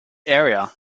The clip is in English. area